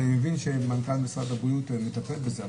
ואני מבין שמנכ"ל משרד הבריאות יטפל בזה.